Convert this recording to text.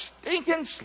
stinking